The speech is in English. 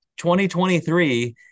2023